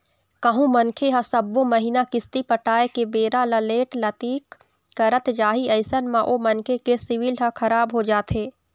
कहूँ मनखे ह सब्बो महिना किस्ती पटाय के बेरा ल लेट लतीफ करत जाही अइसन म ओ मनखे के सिविल ह खराब हो जाथे